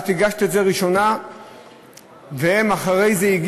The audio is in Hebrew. את הגשת את זה ראשונה והם הגישו אחרי זה,